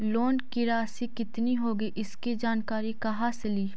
Loan की रासि कितनी होगी इसकी जानकारी कहा से ली?